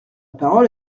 parole